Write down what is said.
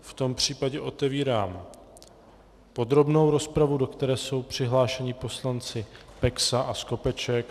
V tom případě otevírám podrobnou rozpravu, do které jsou přihlášeni poslanci Peksa a Skopeček.